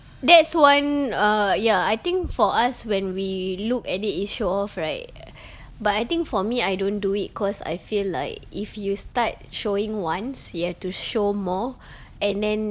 that's one err ya I think for us when we look at it it's show off right but I think for me I don't do it cause I feel like if you start showing once you have to show more and then